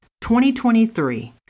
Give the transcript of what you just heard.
2023